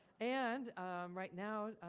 and right now,